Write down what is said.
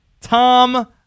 Tom